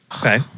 Okay